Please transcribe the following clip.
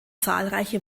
zahlreiche